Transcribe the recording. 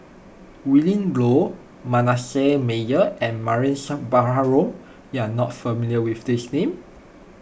Willin Low Manasseh Meyer and Mariam Baharom you are not familiar with these names